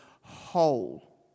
whole